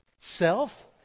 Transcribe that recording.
Self